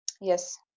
Yes